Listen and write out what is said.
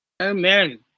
Amen